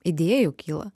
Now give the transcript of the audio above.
idėjų kyla